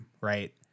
Right